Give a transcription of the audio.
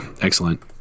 Excellent